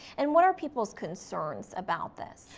and what are people's concerns about this?